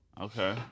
Okay